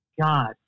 God